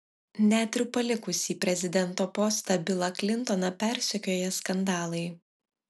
net ir palikusį prezidento postą bilą klintoną persekioja skandalai